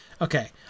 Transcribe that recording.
Okay